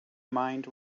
mind